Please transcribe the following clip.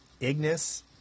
Ignis